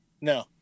No